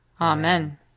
Amen